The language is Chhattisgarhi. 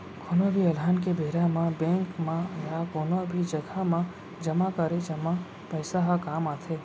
कोनो भी अलहन के बेरा म बेंक म या कोनो भी जघा म जमा करे जमा पइसा ह काम आथे